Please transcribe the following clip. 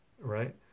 right